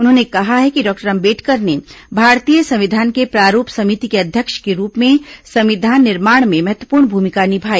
उन्होंने कहा है कि डॉक्टर अंबेडकर ने भारतीय संविधान के प्रारूप समिति के अध्यक्ष के रूप में संविधान निर्माण में महत्वपूर्ण भूमिका निभाई